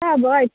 सब अछि